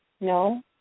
No